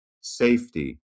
safety